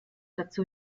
dazu